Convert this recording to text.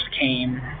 came